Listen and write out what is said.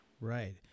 Right